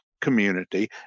community